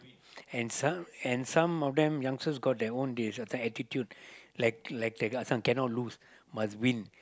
and some and some of them youngsters got their own this uh type attitude like like this one cannot lose must win